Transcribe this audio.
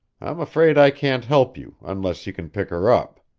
i'm afraid i can't help you, unless you can pick her up.